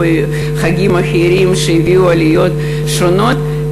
או חגים אחרים שהביאו עליות שונות,